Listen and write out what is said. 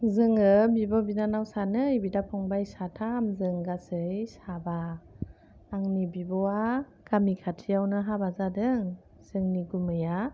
जोङो बिब' बिनानाव सानै बिदा फंबाइ साथाम जों गासै साबा आंनि बिब'आ गामि खाथियावनो हाबा जादों जोंनि गुमैया